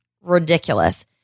ridiculous